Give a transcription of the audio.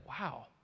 wow